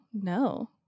no